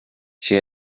she